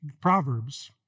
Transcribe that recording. Proverbs